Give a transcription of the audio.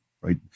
right